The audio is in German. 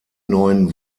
neuen